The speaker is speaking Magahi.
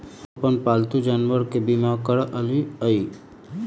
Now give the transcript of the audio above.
हम अप्पन पालतु जानवर के बीमा करअलिअई